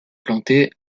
plantées